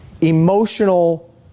emotional